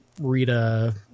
Rita